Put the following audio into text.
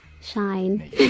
Shine